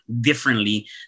differently